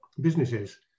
businesses